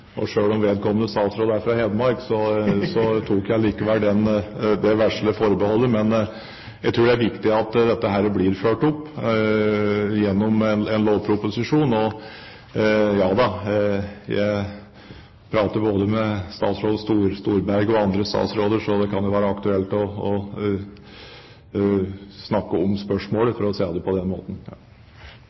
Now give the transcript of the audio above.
Og selv om vedkommende statsråd er fra Hedmark, tok jeg likevel det vesle forbeholdet! Men jeg tror det er viktig at dette blir fulgt opp gjennom en lovproposisjon. Og ja, jeg prater både med statsråd Storberget og andre statsråder, så det kan jo være aktuelt å snakke om spørsmålet, for å si det på den måten.